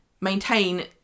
maintain